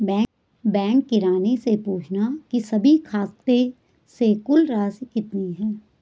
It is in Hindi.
बैंक किरानी से पूछना की सभी खाते से कुल राशि कितनी है